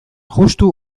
justu